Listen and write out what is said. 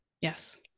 yes